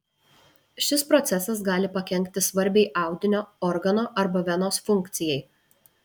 šis procesas gali pakenkti svarbiai audinio organo arba venos funkcijai